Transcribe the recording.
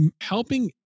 helping